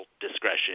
discretion